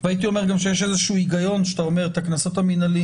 הייתי אומר גם שיש איזה שהוא הגיון שאתה אומר שאת הקנסות המנהלים